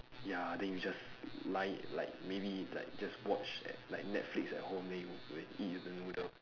ya then you just like like maybe like just watch eh like netflix at home then you go and eat with the noodles